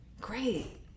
Great